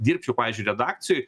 dirbčiau pavyzdžiui redakcijoj